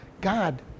God